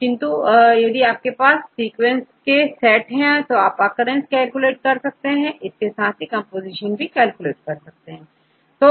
अब यदि आपके पास सीक्वेंस के सेट हैं तो आप occurrenceकैलकुलेट कर लेंगे इसके साथ ही कंपोजिशन भी कैलकुलेट कर लेंगे